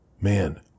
Man